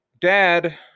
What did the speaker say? dad